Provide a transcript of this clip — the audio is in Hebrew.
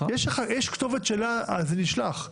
יש כתובת אליה זה נשלח.